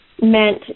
meant